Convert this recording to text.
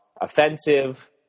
offensive